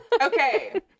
Okay